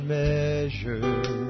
measure